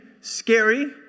scary